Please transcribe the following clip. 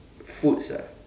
foods ah